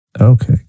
Okay